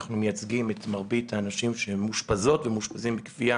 אנחנו מייצגים את מרבית האנשים שמאושפזות ומאושפזים בכפייה